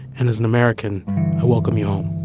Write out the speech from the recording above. and as an american, i welcome you home